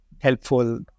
helpful